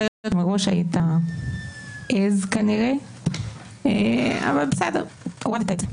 שמראש הייתה כנראה עז אבל בסדר, הורדת את זה.